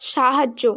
সাহায্য